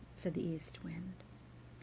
said the east wind,